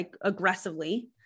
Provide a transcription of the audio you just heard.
aggressively